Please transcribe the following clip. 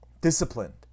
disciplined